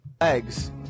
Eggs